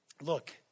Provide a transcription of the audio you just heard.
Look